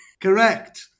Correct